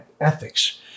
ethics